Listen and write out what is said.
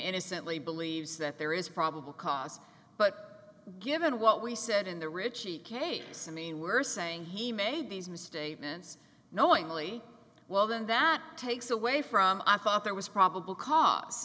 innocently believes that there is probable cause but given what we said in the richie case i mean we're saying he made these misstatements knowingly well then that takes away from i thought there was probable c